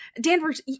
Danvers